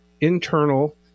internal